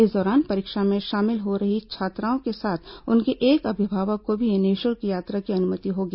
इस दौरान परीक्षा में शामिल हो रही छात्राओं के साथ उनके एक अभिभावक को भी निःशुल्क यात्रा की अनुमति होगी